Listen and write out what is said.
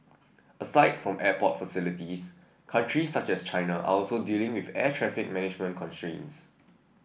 aside from airport facilities countries such as China are also dealing with air traffic management constraints